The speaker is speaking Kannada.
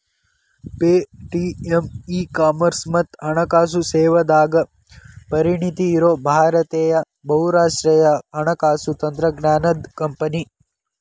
ಪೆ.ಟಿ.ಎಂ ಇ ಕಾಮರ್ಸ್ ಮತ್ತ ಹಣಕಾಸು ಸೇವೆದಾಗ ಪರಿಣತಿ ಇರೋ ಭಾರತೇಯ ಬಹುರಾಷ್ಟ್ರೇಯ ಹಣಕಾಸು ತಂತ್ರಜ್ಞಾನದ್ ಕಂಪನಿ